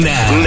Now